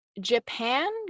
Japan